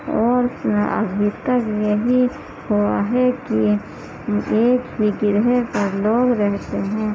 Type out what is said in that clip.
اور اس میں ابھی تک یہی ہوا ہے کہ ایک ہی گرہ پر لوگ رہتے ہیں